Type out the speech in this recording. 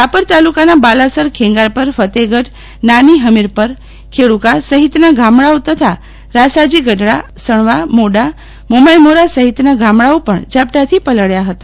રાપર તાલુકાના બાલાસરખેંગારપર ફતેફગઢ નાની ફમીરપર ભેફ્રહ્યાયક્રિતના ગામડાઓ તથા રાસાજી ગઢડાઅણવામોડામોમાયમોરા સફિતનાં ગામડાઓ પણ ઝાપટાથી પલબ્યા ફતા